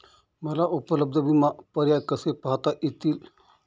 मला उपलब्ध विमा पर्याय कसे पाहता येतील?